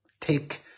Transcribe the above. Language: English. Take